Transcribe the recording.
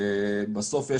בסוף,